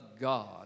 God